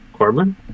Corbin